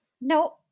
no